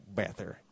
better